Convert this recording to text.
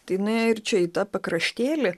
tai nuėjo ir čia į tą pakraštėlį